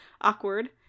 Awkward